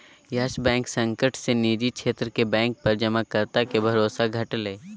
yes Bank संकट से निजी क्षेत्र के बैंक पर जमाकर्ता के भरोसा घटलय